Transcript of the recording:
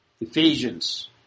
Ephesians